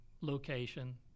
location